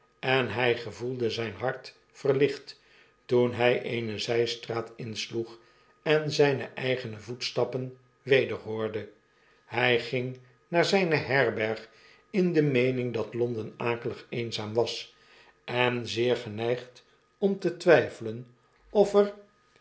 en hjj gevoelde zgn hart verlicht toen hy eene zystraat insloeg en zijne eigene voetstappen weder hoorde htj ging naar zjjne herberg in de meening dat londen akelig eenzaam was en zeer geneigd om te twyfelen of er